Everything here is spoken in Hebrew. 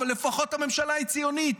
אבל לפחות הממשלה היא ציונית.